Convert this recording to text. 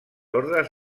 ordes